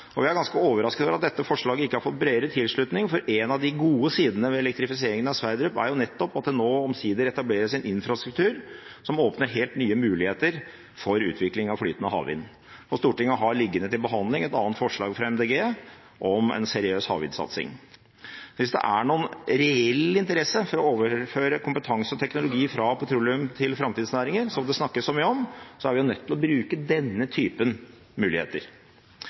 og vi er ganske overrasket over at dette forslaget ikke har fått bredere tilslutning, for én av de gode sidene ved elektrifisering av Sverdrup er jo nettopp at det nå omsider etableres en infrastruktur som åpner helt nye muligheter for utvikling av flytende havvind. Stortinget har liggende til behandling et annet forslag fra MDG om en seriøs havvindsatsing. Hvis det er en reell interesse for å overføre kompetanse og teknologi fra petroleumsnæringen til framtidsnæringer, som det snakkes så mye om, er vi nødt til å bruke denne typen muligheter.